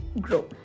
Grow